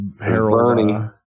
Harold